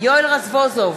יואל רזבוזוב,